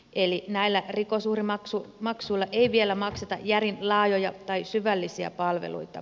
eli näillä rikosuhrimaksuilla ei vielä makseta järin laajoja tai syvällisiä palveluita